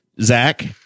zach